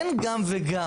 אין גם וגם.